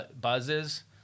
buzzes